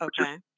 Okay